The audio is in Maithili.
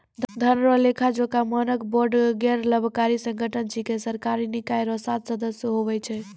धन रो लेखाजोखा मानक बोर्ड गैरलाभकारी संगठन छिकै सरकारी निकाय रो सात सदस्य हुवै छै